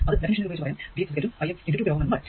അതെ ഡെഫിനിഷൻ ഉപയോഗിച്ച് പറയാം V x Ix x 2 kilo Ω kilo Ω